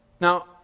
Now